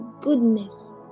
goodness